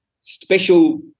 special